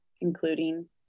including